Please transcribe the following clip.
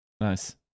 Nice